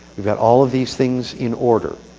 we have all of these things in order.